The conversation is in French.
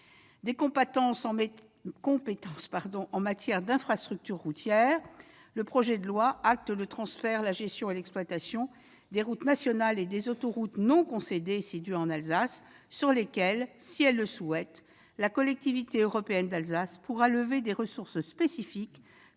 des compétences en matière d'infrastructures routières. Le projet de loi acte le transfert de la gestion et de l'exploitation des routes nationales et des autoroutes non concédées situées en Alsace. Si elle le souhaite, la Collectivité européenne d'Alsace pourra lever sur ces voies des ressources spécifiques